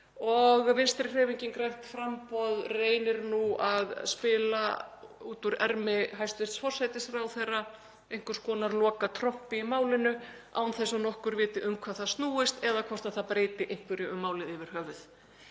og Vinstrihreyfingin – grænt framboð reynir nú að spila út úr ermi hæstv. forsætisráðherra einhvers konar lokatrompi í málinu án þess að nokkur viti um hvað það snýst eða hvort það breyti einhverju um málið yfir höfuð.